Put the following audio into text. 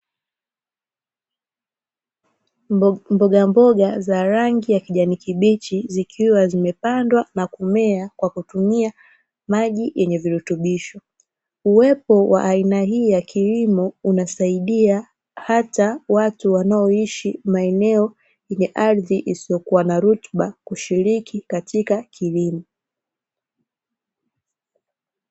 Mbogamboga za rangi ya kijani kibichi, zikiwa zimepandwa na kumea kwa kutumia maji yenye virutubisho. Uwepo wa aina hii ya kilimo unasaidia hata watu wanaoishi maeneo yenye ardhi isiyokuwa na rutuba, kushiriki katika kilimo.